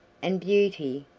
and beauty,